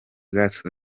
gotye